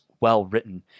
well-written